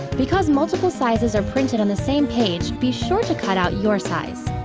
because multiple sizes are printed on the same page, be sure to cut out your size.